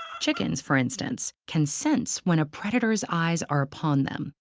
chickens, for instance, can sense when a predator's eyes are upon them.